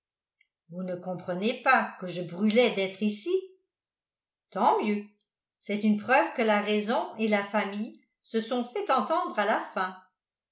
vous ne comprenez pas que je brûlais d'être ici tant mieux c'est une preuve que la raison et la famille se sont fait entendre à la fin